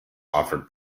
offered